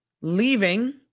leaving